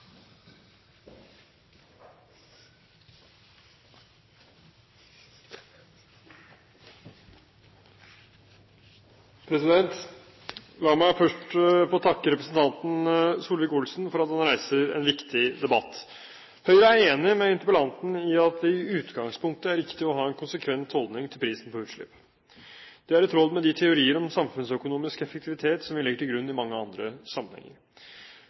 for at han reiser en viktig debatt. Høyre er enig med interpellanten i at det i utgangspunktet er riktig å ha en konsekvent holdning til prisen på utslipp. Det er i tråd med de teorier om samfunnsøkonomisk effektivitet som vi legger til grunn i mange andre sammenhenger.